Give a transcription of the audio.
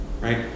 right